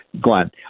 Glenn